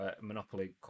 monopoly